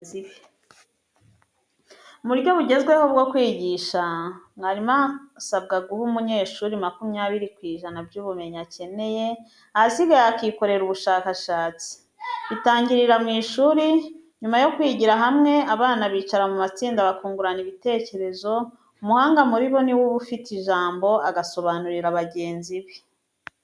Mu buryo bugezweho bwo kwigisha, mwarimu asabwa guha umunyeshuri makumyabiri ku ijana by'ubumenyi akeneye, ahasigaye akikorera ubushakashatsi. Bitangirira mu ishuri, nyuma yo kwigira hamwe, abana bicara mu matsinda bakungurana ibitekerezo, umuhanga muri bo ni we uba afite ijambo, agasobanurira bagenzi be.